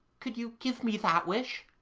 could you give me that wish